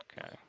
Okay